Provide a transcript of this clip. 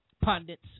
pundits